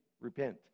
repent